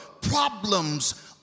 problems